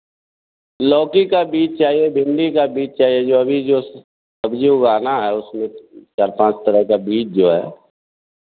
लौकी का बीज चाहिए भिंडी का बीज चाहिए जो भी जो सब्ज़ी उगाना है उसमें चार पाँच तरह का बीज जो हैं